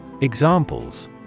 Examples